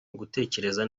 ugutekereza